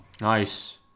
Nice